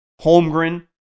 Holmgren